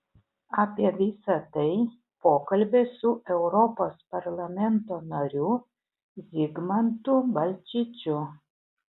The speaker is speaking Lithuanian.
apie visai tai pokalbis su europos parlamento nariu zigmantu balčyčiu